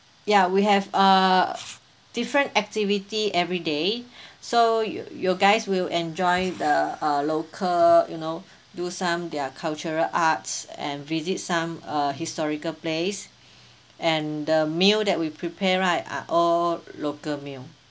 ya we have uh different activity every day so you you guys will enjoy the uh local you know do some their cultural arts and visit some uh historical place and the meal that we prepare right are all local meal